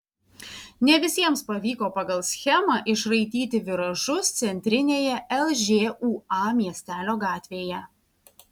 ne visiems pavyko pagal schemą išraityti viražus centrinėje lžūa miestelio gatvėje